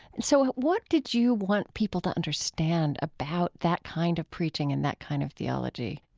so what did you want people to understand about that kind of preaching and that kind of theology?